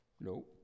No